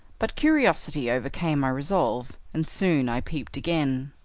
but curiosity overcame my resolve, and soon i peeped again.